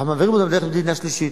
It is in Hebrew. אנחנו מעבירים אותם דרך מדינה שלישית.